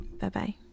Bye-bye